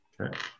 Okay